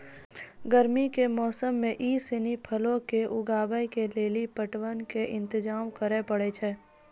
गरमी के मौसमो मे इ सिनी फलो के उगाबै के लेली पटवन के इंतजाम करै पड़ै छै